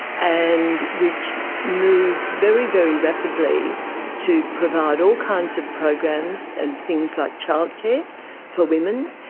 and which moved very, very rapidly to provide all kinds of programs and things like childcare for women.